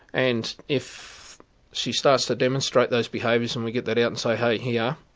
and if she starts to demonstrate those behaviours then we get that out and say hey, here